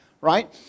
right